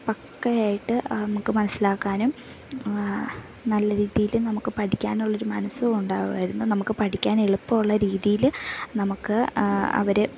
പക്കയായിട്ട് നമുക്ക് മനസ്സിലാക്കാനും നല്ല രീതിയിൽ നമുക്ക് പഠിക്കാനുള്ളൊരു മനസ്സും ഉണ്ടാകുമായിരുന്നു നമുക്ക് പഠിക്കാൻ എളുപ്പമുള്ള രീതിയിൽ നമുക്ക് അവർ